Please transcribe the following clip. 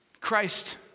Christ